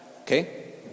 Okay